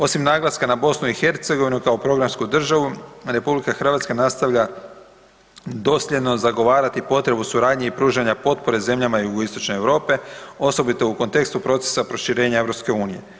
Osim naglaska na BiH kao programsku državu RH nastavlja dosljedno zagovarati potrebu suradnje i pružanja potpore zemljama jugoistočne Europe, osobito u kontekstu procesa proširenja EU.